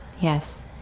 yes